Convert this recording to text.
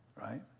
right